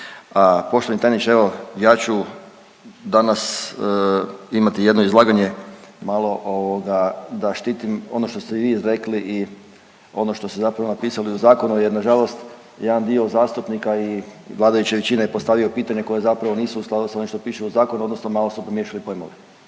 a poštovani tajniče, evo, ja ću danas imati jedno izlaganje malo, ovoga, a štitim ono što ste vi izrekli i ono što ste zapravo napisali u zakonu jer nažalost jedan dio zastupnika i vladajuće većine je postavio pitanje koje zapravo nisu u skladu sa onim što piše u zakonu, odnosno malo su pomiješali pojmove.